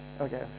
Okay